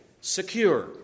Secure